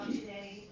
today